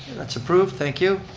that's approved, thank you.